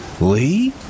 Lee